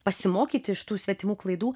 pasimokyti iš tų svetimų klaidų